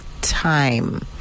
time